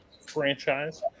franchise